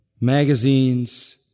magazines